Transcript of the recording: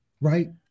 right